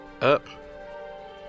up